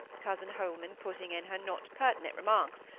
cousin holman putting in her not pertinent remarks,